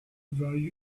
value